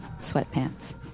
sweatpants